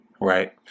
right